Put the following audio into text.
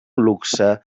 luxe